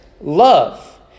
love